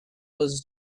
was